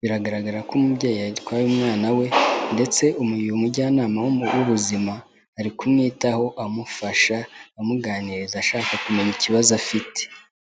biragaragara ko umubyeyi yatwaye umwana we, ndetse uyu mujyanama w'ubuzima ari kumwitaho, amufasha amuganiriza ashaka kumenya ikibazo afite.